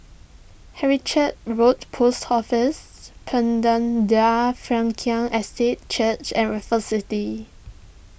Road Post Office Frankel Estate Church and Raffles City